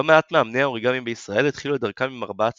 לא מעט מאמני האוריגמי בישראל התחילו את דרכם עם ארבעת